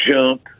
jump